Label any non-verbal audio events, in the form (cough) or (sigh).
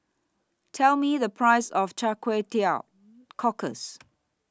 Tell Me The Price of (noise) Kway Teow Cockles